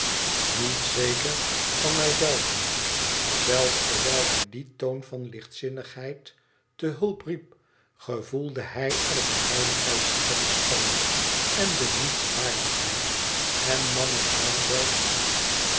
niet zeker van mij zelven zelfs terwijl hij dien toon van lichtzinnigheid te hulp riep gevoelde hij er de heiligschennis van en de nietswaardigheid en nam er haar zelfs